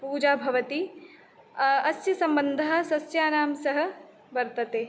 पूजा भवति अस्य सम्बन्धः सस्यानां सह वर्तते